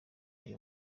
ndi